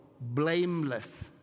blameless